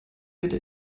bitte